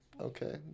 okay